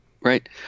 Right